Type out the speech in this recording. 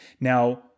now